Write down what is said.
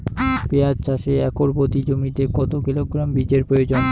পেঁয়াজ চাষে একর প্রতি জমিতে কত কিলোগ্রাম বীজের প্রয়োজন?